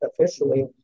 officially